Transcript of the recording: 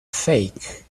fake